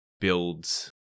builds